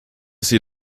sie